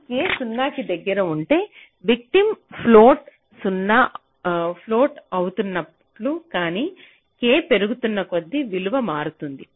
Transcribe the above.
ఈ k 0 కి దగ్గరగా ఉంటే విటిమ్ ఫ్లాట్float0 అవుతున్నట్లు కానీ k పెరుగుతున్న కొద్దీ విలువ మారుతుంది